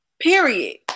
Period